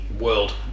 world